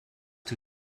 two